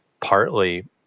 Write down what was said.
partly